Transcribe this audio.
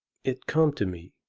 it come to me